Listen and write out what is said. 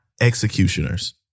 Executioners